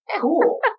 Cool